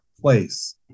place